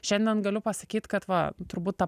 šiandien galiu pasakyt kad va turbūt tą